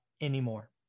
anymore